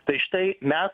tai štai mes